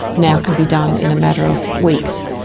now can be done in a matter of weeks.